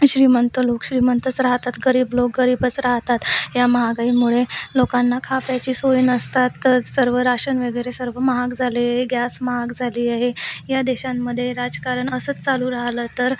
श्रीमंत लोक श्रीमंतच राहतात गरीब लोक गरीबच राहतात या महागाईमुळे लोकांना खाप्याची सोय नसतात तर सर्व राशन वगैरे सर्व महाग झाले आहे गॅस महाग झाली आहे या देशांमध्ये राजकारण असंच चालू राहिलं तर